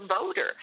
voter